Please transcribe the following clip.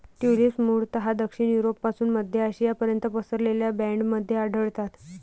tulips मूळतः दक्षिण युरोपपासून मध्य आशियापर्यंत पसरलेल्या बँडमध्ये आढळतात